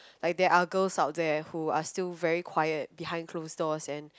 like there are girls out there who are still very quiet behind closed doors and